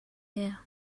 here